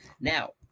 Now